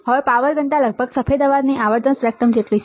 હવે પાવર ઘનતા લગભગ સફેદ અવાજની આવર્તન સ્પેક્ટ્રમ જેટલી છે